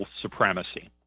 supremacy